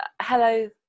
hello